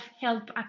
help